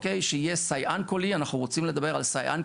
אין פה בכלל שאלה.